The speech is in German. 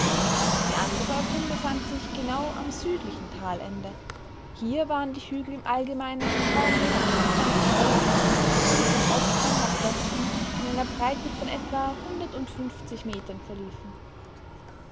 die andere öffnung befand sich genau am südlichen talende hier waren die hügel im allgemeinen kaum mehr als sanfte wellungen die von osten nach westen in einer breite von etwa hundertundfünfzig metern verliefen